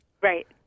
Right